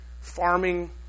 farming